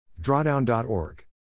Drawdown.org